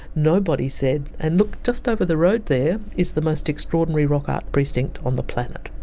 nobody said and look, just over the road there is the most extraordinary rock art precinct on the planet.